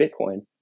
Bitcoin